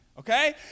Okay